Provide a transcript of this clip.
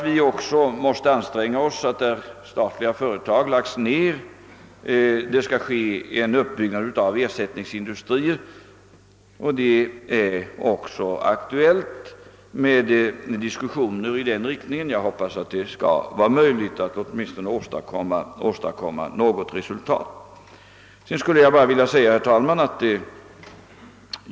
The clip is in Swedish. Vi måste eftersträva att få ersättningsindustrier i stället för de statliga företag som läggs ned. Diskussioner i denna riktning är aktuella, och jag hoppas att det skall vara möjligt att åstadkomma åtminstone något resultat i detta avseende.